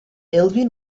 alvin